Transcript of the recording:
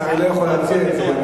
הרי אתה לא יכול להציע את זה.